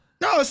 No